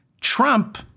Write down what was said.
Trump